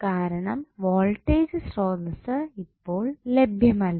കാരണം വോൾട്ടേജ് സ്രോതസ്സ് ഇപ്പോൾ ലഭ്യമല്ല